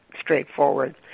straightforward